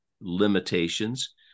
limitations